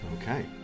Okay